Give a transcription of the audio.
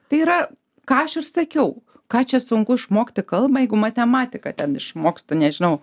tai yra ką aš ir sakiau ką čia sunku išmokti kalbą jeigu matematiką ten išmokstu nežinau